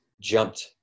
jumped